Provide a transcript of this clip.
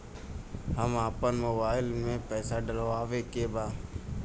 हम आपन मोबाइल में पैसा डलवावे के बा?